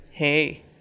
hey